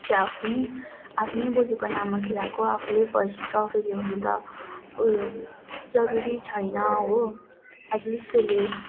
त्यो आफ्नै आफ्नै बोजूको नाममा खेलाएको आफूले फर्स्ट ट्र्फी ल्याउनु त उयो जरुरी छैन हो एटलिस्ट तैँले